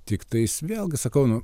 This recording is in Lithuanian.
tiktais vėlgi sakau nu